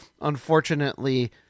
unfortunately